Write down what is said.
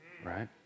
Right